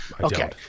Okay